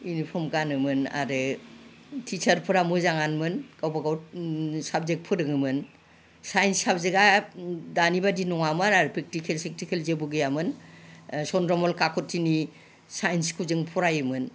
uniform गानोमोन आरो टिचारफोरा मोजाङानोमोन गावबा गाव साबजेक्ट फोरोङोमोन साइन्स साबजेक्ट आ दानि बायदि नङामोन आरो प्रेक्टिकेल सेक्टिकेल जेबो गैयामोन चन्द्रमल काक'टिनि साइन्सखौ जों फरायोमोन